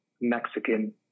Mexican